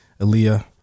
Aaliyah